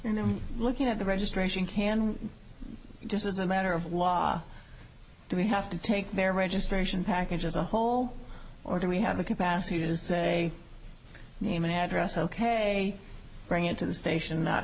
and i'm looking at the registration can we just as a matter of law do we have to take their registration package as a whole or do we have the capacity to say name address ok bring it to the station